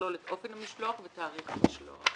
שיכלול את אופן המשלוח ותאריך המשלוח.